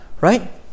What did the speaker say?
right